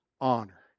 honor